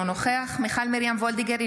אינו נוכח מיכל מרים וולדיגר,